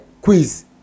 quiz